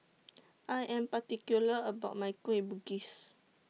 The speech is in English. I Am particular about My Kueh Bugis